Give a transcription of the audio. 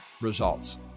results